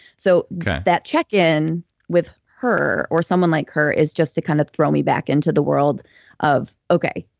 so that check in with her or someone like her is just to kind of throw me back into the world of okay,